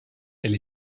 elle